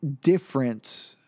different